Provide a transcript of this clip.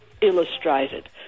illustrated